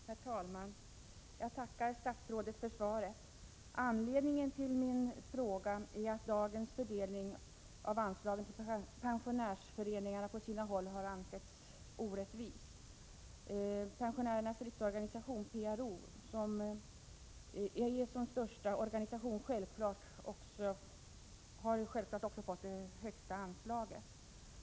Herr talman! Jag tackar statsrådet för svaret. Anledningen till min fråga är att dagens fördelning av anslaget till pensionärsföreningarna på sina håll har ansetts orättvis. Pensionärernas riksorganisation, PRO, har som största organisation självfallet också fått det största anslaget.